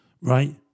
right